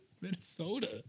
Minnesota